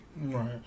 right